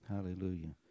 Hallelujah